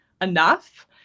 enough